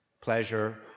pleasure